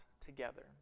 together